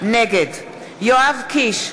נגד יואב קיש,